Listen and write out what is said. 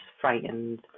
frightened